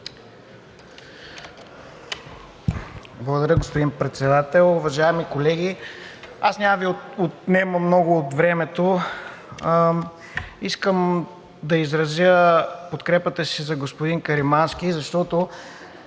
Благодаря, господин Председател. Уважаеми колеги, аз няма да Ви отнема много от времето. Искам да изразя подкрепата си за господин Каримански, защото,